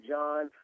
John